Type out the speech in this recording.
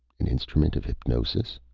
an instrument of hypnosis?